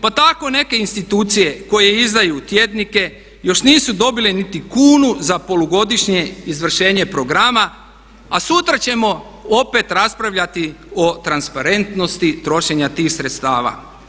Pa tako neke institucije koje izdaju tjednike još nisu dobile niti kunu za polugodišnje izvršenje programa a sutra ćemo opet raspravljati o transparentnosti trošenja tih sredstava.